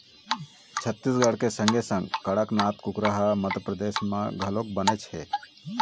छत्तीसगढ़ के संगे संग कड़कनाथ कुकरा ह मध्यपरदेस म घलोक बनेच हे